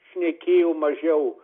šnekėjo mažiau